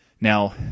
Now